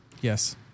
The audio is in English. Yes